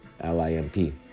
L-I-M-P